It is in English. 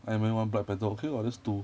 iron man one black panther okay what that's two